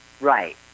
Right